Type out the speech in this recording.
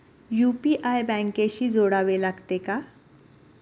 UPI बँकेशी जोडावे लागते का?